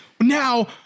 Now